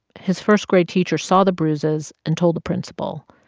his first-grade teacher saw the bruises and told the principal.